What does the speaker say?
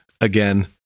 again